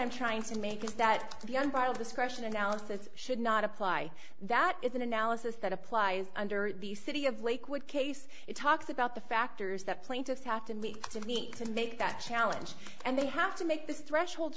i'm trying to make is that the unbridled discretion analysis should not apply that is an analysis that applies under the city of lakewood case it talks about the factors that plaintiffs have to meet to meet and make that challenge and they have to make this threshold